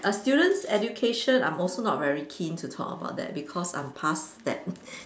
err students education I'm also not very keen to talk about that cause I'm past that